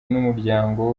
n’umuryango